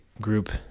group